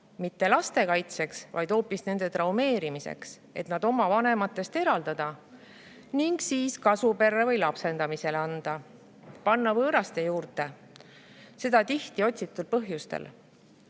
mitte laste kaitseks, vaid hoopis nende traumeerimiseks, et nad oma vanematest eraldada ning siis kasuperre või lapsendamiseks anda, panna neid võõraste juurde, ja seda tihti otsitud põhjustel. Tegelikult